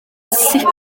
sicr